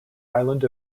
island